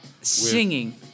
Singing